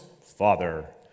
father